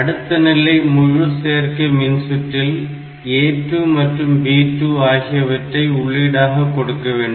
அடுத்த நிலை முழு சேர்க்கை மின்சுற்றில் A2 மற்றும் B2 ஆகியவற்றை உள்ளீடாக கொடுக்கவேண்டும்